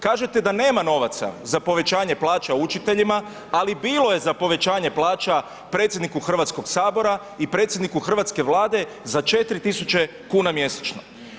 Kažete da nema novaca za povećanje plaća učiteljima ali bilo je za povećanje plaća predsjedniku Hrvatskoga sabora i predsjedniku hrvatske Vlade za 4 tisuća kuna mjesečno.